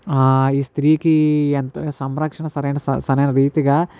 ఈ స్త్రీలకి ఎంత సంరక్షణ సరైన సరై సరైన రీతిగా